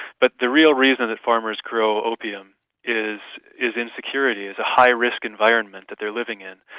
but the real reason that farmers grow opium is is insecurity, it's a high risk environment that they're living in,